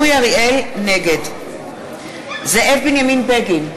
נגד זאב בנימין בגין,